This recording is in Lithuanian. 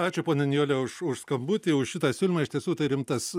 ačiū ponia nijole už už skambutį už šitą siūlymą iš tiesų tai rimtas